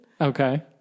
Okay